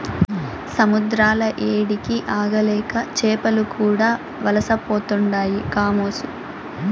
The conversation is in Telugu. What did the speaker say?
సముద్రాల ఏడికి ఆగలేక చేపలు కూడా వలసపోతుండాయి కామోసు